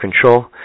control